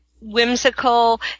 whimsical